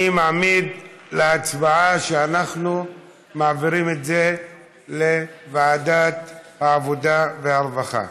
אני מעמיד להצבעה שאנחנו מעבירים את זה לוועדת העבודה והרווחה.